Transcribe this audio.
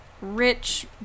rich